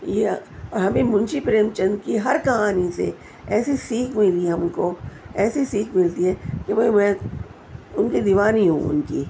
ہمیں منشی پریم چند کی ہر کہانی سے ایسی سیکھ ملی ہم کو ایسی سیکھ ملتی ہے کہ بھائی میں ان کی دیوانی ہوں ان کی